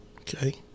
okay